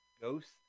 Ghosts